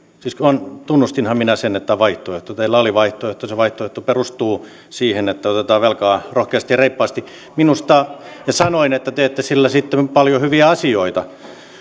tunnustinhan minä sen että on vaihtoehto teillä on vaihtoehto se vaihtoehto perustuu siihen että otetaan velkaa rohkeasti ja reippaasti ja sanoin että teette sillä sitten paljon hyviä asioita